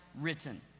written